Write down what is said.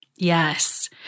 Yes